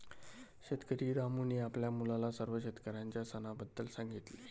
शेतकरी रामूने आपल्या मुलाला सर्व शेतकऱ्यांच्या सणाबद्दल सांगितले